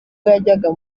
yajyaga